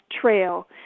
Trail